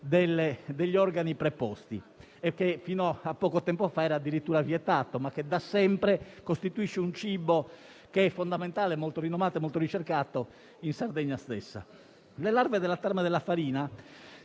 degli organi preposti. Fino a poco tempo fa era addirittura vietato, ma da sempre costituisce un cibo fondamentale, molto rinomato e ricercato in Sardegna. Le larve della tarma della farina